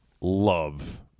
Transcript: love